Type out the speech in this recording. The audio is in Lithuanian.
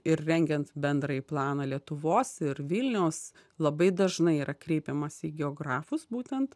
ir rengiant bendrąjį planą lietuvos ir vilniaus labai dažnai yra kreipiamasi į geografus būtent